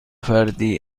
فردی